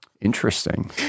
Interesting